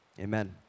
amen